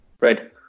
Right